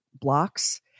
blocks